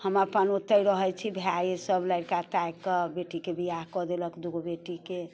हम अपन ओतऽ रहैत छी भाये सब लड़का ताकि कऽ बेटीके बिआह कऽ देलक दूगो बेटी के